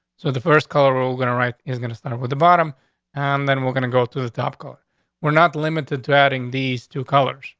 so the first cultural gonna write is gonna start with the bottom on. and then we're gonna go to the top court were not limited to adding these two colors.